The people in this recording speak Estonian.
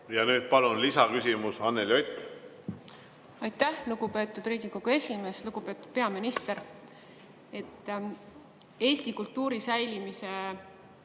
Nüüd palun lisaküsimus, Anneli Ott! Aitäh, lugupeetud Riigikogu esimees! Lugupeetud peaminister! Eesti kultuuri säilimise